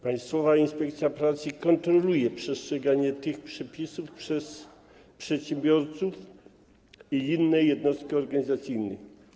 Państwowa Inspekcja Pracy kontroluje przestrzeganie tych przepisów przez przedsiębiorców i inne jednostki organizacyjne.